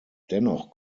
dennoch